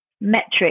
metric